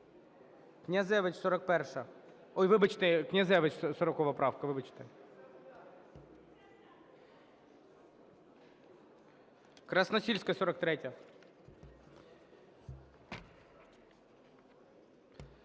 Князевич, 41-а. Ой, вибачте, Князевич, 40 правка, вибачте. Красносільська, 43-я.